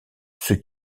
qui